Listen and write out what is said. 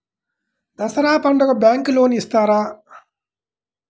దసరా పండుగ bank loan ఇస్తారా?